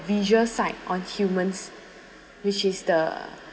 visual sight on humans which is the